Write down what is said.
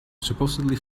supposedly